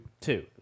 Two